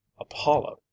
Apollo